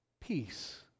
Peace